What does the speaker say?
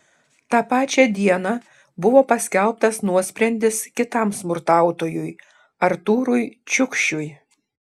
tą pačią dieną buvo paskelbtas nuosprendis kitam smurtautojui artūrui čiukšiui